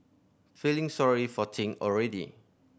feeling sorry for Ting already